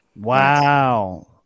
Wow